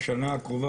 בשנה הקרובה?